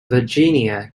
virginia